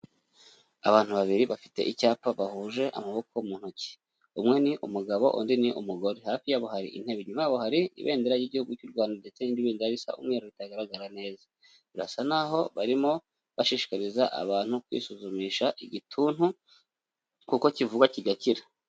Abantu babiri bafite icyapa bahuje amaboko mu ntoki, umwe ni umugabo undi ni umugore, hafi yabo hari intebe, inyuma yabo hari ibendera ry'igihugu cy'u Rwanda ndetse n'irindi bendera risa umweru ritagaragara neza, birasa n'aho barimo bashishikariza abantu kwisuzumisha igituntu kuko kivurwa kigakira.